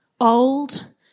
old